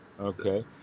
okay